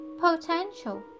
potential